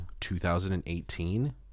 2018